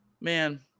Man